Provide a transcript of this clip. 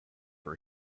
for